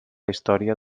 història